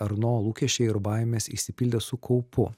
erno lūkesčiai ir baimės išsipildė su kaupu